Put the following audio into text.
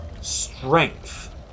strength